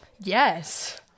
Yes